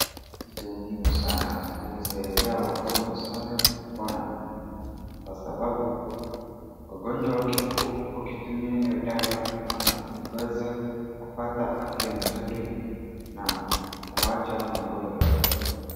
Kitu muhimu sana inasaidia wagonjwa sana kupona kwasababu wagonjwa wakitumia hiyo dawa wanaweza kupata afya nzuri na kuwacha magonjwa.